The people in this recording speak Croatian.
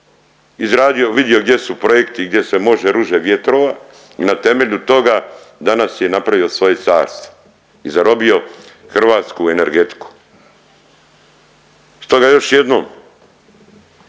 izgradio, vidio gdje su projekti i gdje se može ruže vjetrova i na temelju toga danas je napravio svoje carstvo i zarobio hrvatsku energetiku. Stoga još jednom,